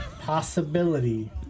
possibility